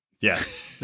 Yes